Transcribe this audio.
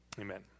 Amen